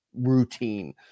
routine